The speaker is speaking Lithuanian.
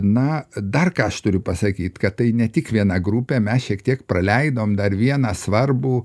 na dar ką aš turiu pasakyt kad tai ne tik viena grupė mes šiek tiek praleidom dar vieną svarbų